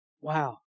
Wow